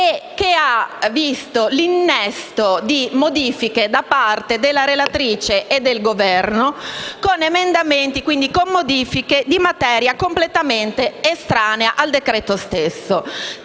e che ha visto l'innesto di modifiche da parte della relatrice e del Governo con emendamenti relativi a materie completamente estranee al decreto stesso.